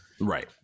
right